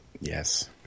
Yes